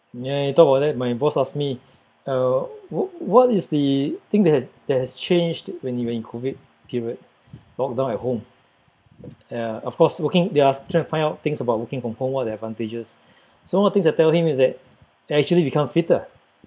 ya you talk about that my boss asked me uh wh~ what is the thing that has that has changed when you're in COVID period lockdown at home ya of course working they are trying to find out things about working from home what are the advantages so one thing I tell him is that I actually become fitter